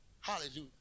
Hallelujah